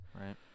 right